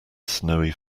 snowy